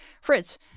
Fritz